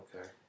okay